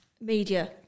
media